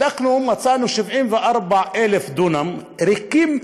בדקנו ומצאנו 74,000 דונם ריקים,